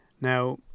Now